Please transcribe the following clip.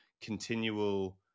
continual